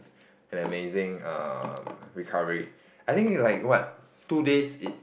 an amazing um recovery I think like what two days it